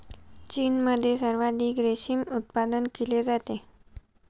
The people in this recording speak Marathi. चीनमध्ये सर्वाधिक रेशीम उत्पादन केले जाते